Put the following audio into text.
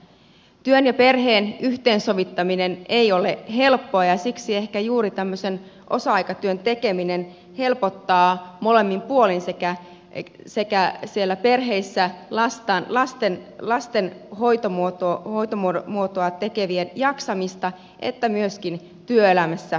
työn ja perheen yhteensovittaminen ei ole helppoa ja siksi ehkä juuri osa aikatyön tekeminen helpottaa molemmin puolin sekä perheissä lasten hoitomuotoa tekevien jaksamista että myöskin työelämässä säilymistä